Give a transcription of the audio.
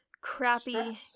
crappy